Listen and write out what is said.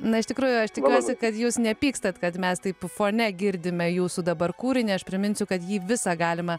na iš tikrųjų aš tikiuosi kad jūs nepykstat kad mes taip fone girdime jūsų dabar kūrinį aš priminsiu kad jį visą galima